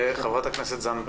חברת הכנסת תמר זנדברג.